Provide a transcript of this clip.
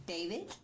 David